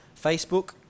Facebook